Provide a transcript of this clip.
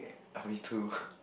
me too